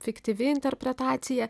fiktyvi interpretacija